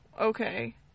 okay